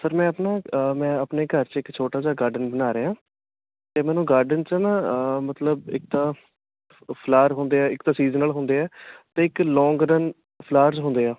sir ਮੈਂ ਆਪਣਾ ਮੈਂ ਆਪਣੇ ਘਰ 'ਚ ਇੱਕ ਛੋਟਾ ਜਿਹਾ ਗਾਰਡਨ ਬਣਾ ਰਿਹਾ ਅਤੇ ਮੈਨੂੰ ਗਾਰਡਨ 'ਚ ਨਾ ਮਤਲਬ ਇੱਕ ਤਾਂ ਫਲਾਰ ਹੁੰਦੇ ਹੈ ਇੱਕ ਤਾਂ ਸੀਜ਼ਨਲ ਹੁੰਦੇ ਹੈ ਅਤੇ ਇੱਕ ਲੋਂਗ ਰਨ ਫਲਾਰਸ ਹੁੰਦੇ ਆ